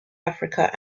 africa